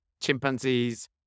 chimpanzee's